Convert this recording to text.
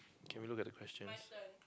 can we look at the questions